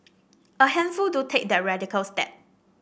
a handful do take that radical step